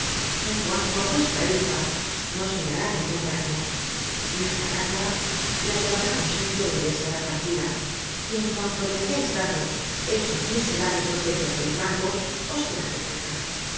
en cuanto á vuestra hija no se le hará ningun daño la carraca la llevará á un sitio donde estará tranquila y en cuanto me hayais dado esos miserables doscientos mil francos os será devuelta